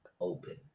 open